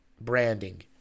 branding